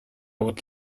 would